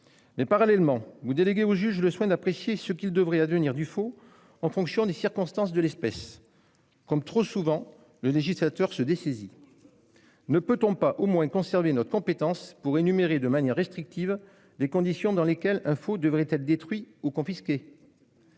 Mais, parallèlement, vous déléguez au juge le soin d'apprécier ce qu'il devrait advenir du faux en fonction des circonstances de l'espèce. Comme trop souvent, le législateur se dessaisit. Ne peut-on au moins utiliser notre compétence pour énumérer de manière restrictive les conditions dans lesquelles un faux devrait être détruit ou confisqué ?